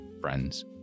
friends